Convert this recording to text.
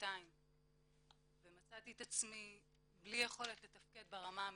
בשנתיים ומצאתי את עצמי בלי יכולת לתפקד ברמה המינימאלית.